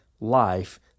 life